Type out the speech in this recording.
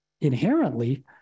inherently